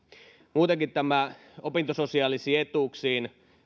muutenkin hallituksen opintososiaalisia etuuksia